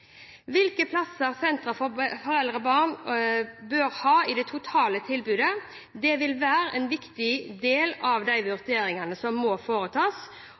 for foreldre og barn bør ha i det totale tilbudet, vil være en viktig del av de vurderingene som må foretas.